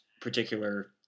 particular